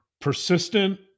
persistent